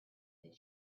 that